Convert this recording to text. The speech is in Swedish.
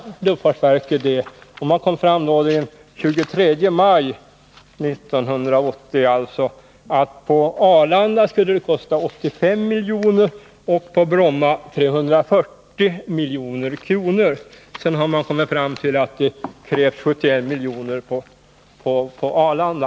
Luftfartsverket redovisade den 23 maj 1980 att på Arlanda skulle det kosta 85 milj.kr. och på Bromma 340 milj.kr. Sedan har man funnit att det krävs 71 milj.kr. på Arlanda.